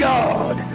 God